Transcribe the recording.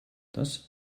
das